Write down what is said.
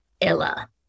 Ella